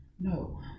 No